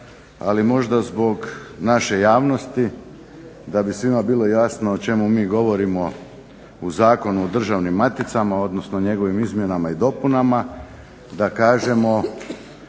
ali možda zbog naše javnosti da bi svima bilo jasno o čemu mi govorimo o Zakonu o državnim maticama odnosno njegovim izmjenama i dopunama da kažemo